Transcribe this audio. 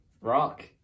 rock